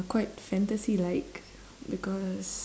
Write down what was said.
quite fantasy like because